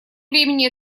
времени